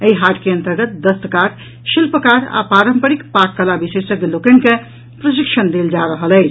एहि हाट के अंतर्गत दस्तकार शिल्पकार आ पारंपरिक पाककला विशेषज्ञ लोकनि के प्रशिक्षण देल जा रहल अछि